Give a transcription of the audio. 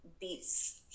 Beats